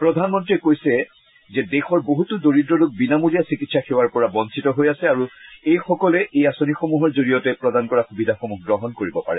প্ৰধানমন্ত্ৰীয়ে কৈছে দেশৰ বহুতো দৰিদ্ৰলোক বিনামূলীয়া চিকিৎসা সেৱাৰ পৰা বঞ্চিত হৈ আছে আৰু এইসকলে এই আঁচনিসমূহৰ জৰিয়তে প্ৰদান কৰা সুবিধাসমূহ গ্ৰহণ কৰিব পাৰে